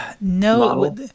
no